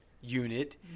Unit